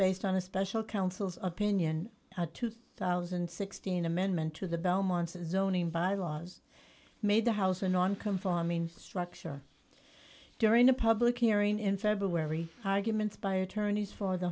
based on a special counsel's opinion a two thousand and sixteen amendment to the belmont zoning bylaws made the house a non conforming structure during a public hearing in february arguments by attorneys for the